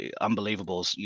unbelievable